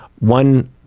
One